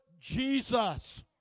Jesus